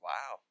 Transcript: Wow